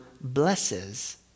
blesses